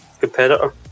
competitor